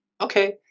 okay